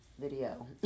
video